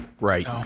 Right